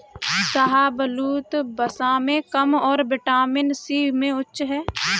शाहबलूत, वसा में कम और विटामिन सी में उच्च है